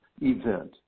event